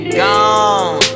gone